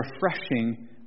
refreshing